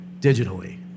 digitally